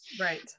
Right